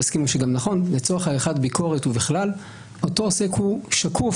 לצורך עריכת ביקורת ובכלל, אותו עוסק הוא שקוף.